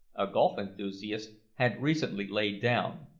a golf enthusiast, had recently laid down.